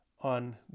on